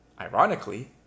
ironically